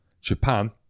Japan